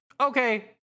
Okay